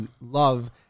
love